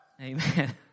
Amen